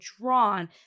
drawn